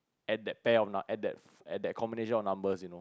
at that pay or not at that at that combination of numbers you know